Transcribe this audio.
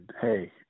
hey